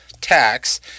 Tax